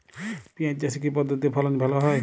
পিঁয়াজ চাষে কি পদ্ধতিতে ফলন ভালো হয়?